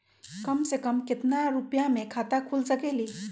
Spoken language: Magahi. कम से कम केतना रुपया में खाता खुल सकेली?